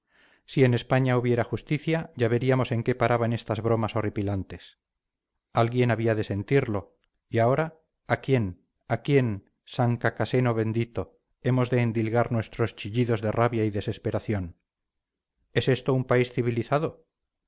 si en españa hubiera justicia ya veríamos en qué paraban estas bromas horripilantes alguien había de sentirlo y ahora a quién a quién san cacaseno bendito hemos de endilgar nuestros chillidos de rabia y desesperación es esto un país civilizado